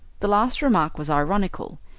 the last remark was ironical.